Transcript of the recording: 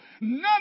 none